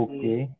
Okay